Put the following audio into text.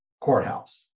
courthouse